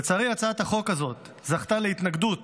לצערי, הצעת החוק זכתה להתנגדות